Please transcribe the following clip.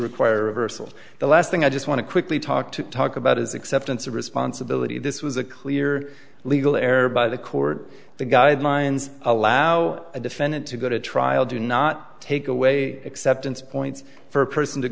require reversal the last thing i just want to quickly talk to talk about is acceptance of responsibility this was a clear legal error by the court the guidelines allow a defendant to go to trial do not take away acceptance points for a person to